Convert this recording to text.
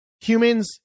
Humans